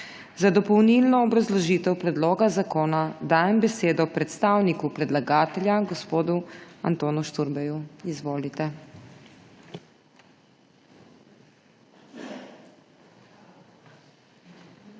Za dopolnilno obrazložitev predloga zakona dajem besedo predstavniku predlagatelja gospodu Antonu Šturbeju. Izvolite.